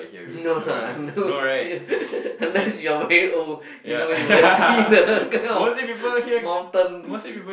no lah no yeah unless you are very old you know you will see the kind of mountain